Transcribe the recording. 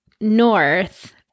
north